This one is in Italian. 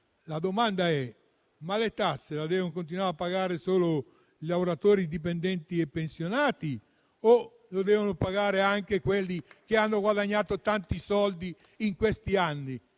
La domanda è la seguente: le tasse devono continuare a pagarle solo lavoratori dipendenti e pensionati, o anche quelli che hanno guadagnato tanti soldi in questi anni?